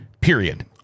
period